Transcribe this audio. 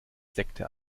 sekte